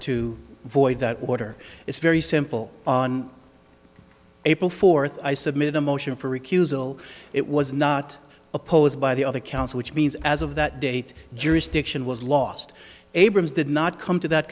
to void that order it's very simple on april fourth i submitted a motion for recusal it was not opposed by the other council which means as of that date jurisdiction was lost abrams did not come to that